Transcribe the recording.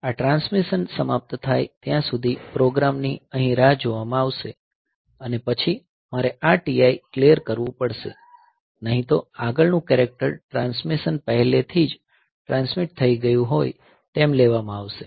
આ ટ્રાન્સમિશન સમાપ્ત થાય ત્યાં સુધી પ્રોગ્રામ ની અહીં રાહ જોવામાં આવશે અને પછી મારે આ TI ક્લિયર કરવું પડશે નહીં તો આગળનું કેરેક્ટર ટ્રાન્સમિશન પહેલેથી જ ટ્રાન્સમિટ થઈ ગયું હોય તેમ લેવામાં આવશે